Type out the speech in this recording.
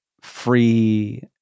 free